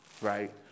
right